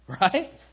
right